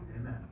Amen